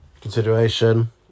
consideration